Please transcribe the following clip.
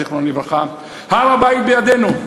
זיכרונו לברכה: הר-הבית בידינו.